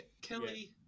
Kelly